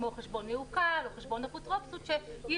כמו חשבון מעוקל או חשבון אפוטרופסות שאי